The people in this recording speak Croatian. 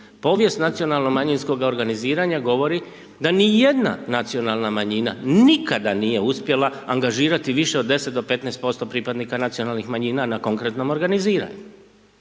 Povijest nacionalo manjinskoga organiziranja govori da nijedna nacionalna manjina nikada nije uspjela angažirati više od 10 do 15% pripadnika nacionalnih manjina na konkretnom organiziranju.